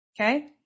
Okay